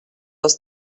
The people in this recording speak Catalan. els